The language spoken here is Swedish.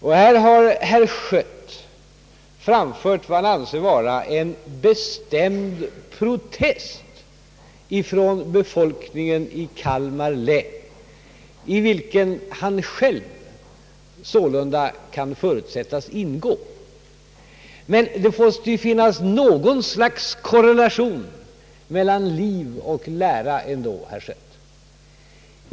Herr Schött har här framfört vad han anser vara »en bestämd protest» från befolkningen i Kalmar län, i vilken han själv sålunda kan förutsättas ingå. Men det måste ju finnas något slags korrelation mellan liv och lära ändå, herr Schött!